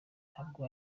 ntabwo